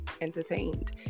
entertained